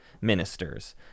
ministers